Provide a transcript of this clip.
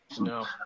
no